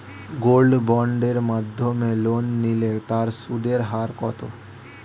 Gold বন্ডের মাধ্যমে loan নিলে তার সুদের হার কত?